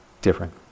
different